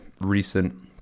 recent